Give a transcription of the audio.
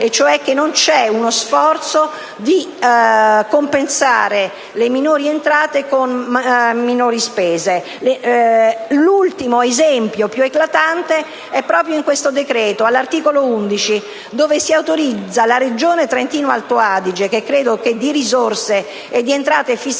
cioè che non vi è uno sforzo di compensare le minori entrate con minori spese. L'ultimo esempio più eclatante è proprio in questo decreto, all'articolo 11, dove si autorizza la Regione Trentino-Alto Adige, che credo di risorse e di entrate fiscali